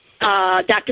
Dr